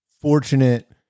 fortunate